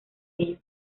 ellos